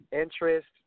interest